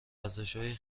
ارزشهای